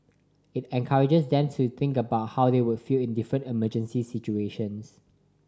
it encourages them to think about how they would feel in different emergency situations